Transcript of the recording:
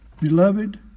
Beloved